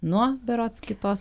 nuo berods kitos